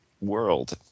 world